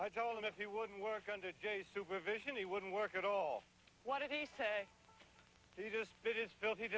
i told him if he wouldn't work under de supervision he wouldn't work at all what did he say he just